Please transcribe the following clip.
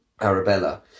Arabella